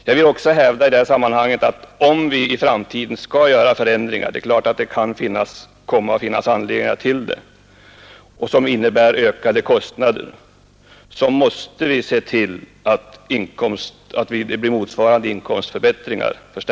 Jag vill i det här sammanhanget hävda att om vi i framtiden skall göra förändringar — det är klart att det kan komma att finnas anledningar till det — som innebär ökade kostnader, måste vi se till att det blir motsvarande inkomstförstärkningar i AP-fonderna.